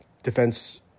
Defense